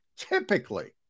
typically